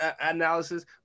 analysis